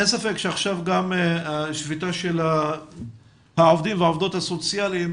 אין ספק שעכשיו גם השביתה של העובדים והעובדות הסוציאליים